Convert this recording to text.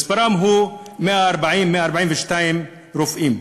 מספרם הוא 140 142 רופאים.